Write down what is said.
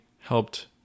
helped